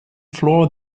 floor